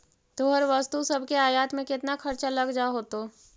तोहर वस्तु सब के आयात में केतना खर्चा लग जा होतो?